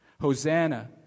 Hosanna